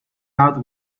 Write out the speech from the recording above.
out